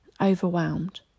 overwhelmed